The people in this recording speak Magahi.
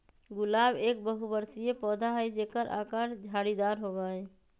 गुलाब एक बहुबर्षीय पौधा हई जेकर आकर झाड़ीदार होबा हई